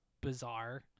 bizarre